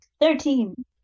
Thirteen